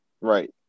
Right